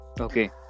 Okay